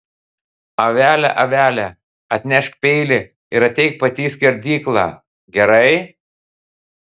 avele avele atnešk peilį ir ateik pati į skerdyklą gerai